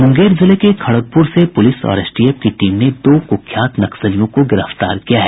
मुंगेर जिले के खड़गरपुर से पुलिस और एसटीएफ की टीम ने दो कुख्यात नक्सलियों को गिरफ्तार किया है